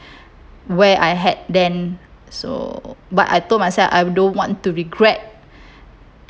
where I had then so but I told myself I don't want to regret